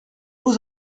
vous